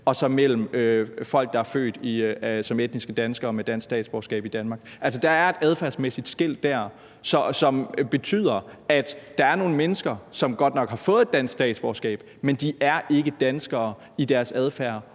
og så folk, der er født som etniske danskere med dansk statsborgerskab i Danmark. Der er et adfærdsmæssigt skel der, som betyder, at der er nogle mennesker, som godt nok har fået dansk statsborgerskab, men som ikke er danskere i deres adfærd